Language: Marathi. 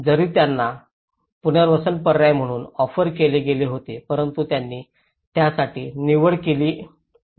जरी त्यांना पुनर्वसन पर्याय म्हणून ऑफर केले गेले होते परंतु त्यांनी त्यासाठी निवड केली नाही